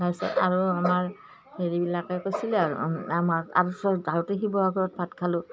তাৰ পিছত আৰু আমাৰ হেৰিবিলাকে কৈছিলে আৰু আমাৰ ওচৰত যাওঁতে শিৱসাগৰত ভাত খালোঁ